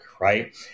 right